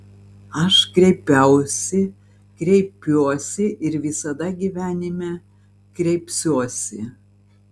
aš kreipiausi kreipiuosi ir visada gyvenime kreipsiuosi